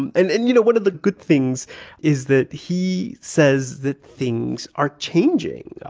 and and and, you know, one of the good things is that he says that things are changing.